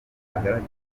amagambo